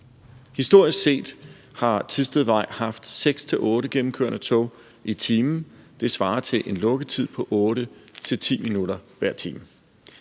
Historisk set har Thistedvej haft 6-8 gennemkørende tog i timen. Det svarer til en lukketid på 8-10 minutter hver time.